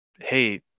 hey